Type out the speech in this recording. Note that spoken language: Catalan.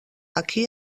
aquí